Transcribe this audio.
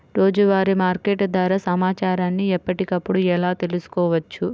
రోజువారీ మార్కెట్ ధర సమాచారాన్ని ఎప్పటికప్పుడు ఎలా తెలుసుకోవచ్చు?